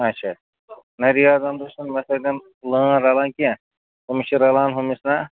اچھا نہ رِیاض احمدَس چھُنہٕ مےٚ سۭتۍ لٲن رَلان کیٚنٛہہ ہُمِس چھِ رَلان ہُمِس نا